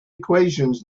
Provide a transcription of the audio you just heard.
equations